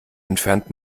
entfernt